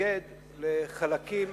ולהתנגד לחלקים